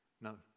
No